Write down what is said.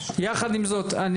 יחד עם זאת,